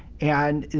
and